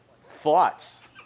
thoughts